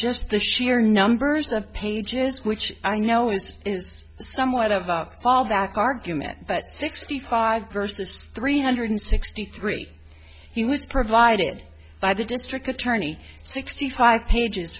just the sheer numbers of pages which i know is is somewhat of a fallback argument but sixty five grosses three hundred sixty three he was provided by the district attorney sixty five pages